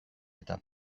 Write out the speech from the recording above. eta